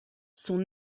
son